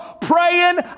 praying